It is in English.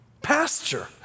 Pasture